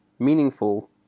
meaningful